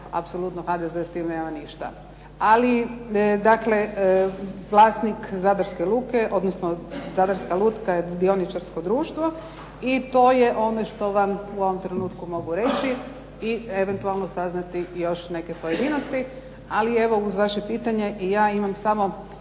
apsolutno HDZ s time nema ništa. Dakle, vlasnik Zadarske "Luke", odnosno Zadarska "Luka" je dioničarsko društvo. I to vam mogu u ovom trenutku reći. I eventualno saznati neke pojedinosti. Ali evo uz vaše pitanje i ja imam samo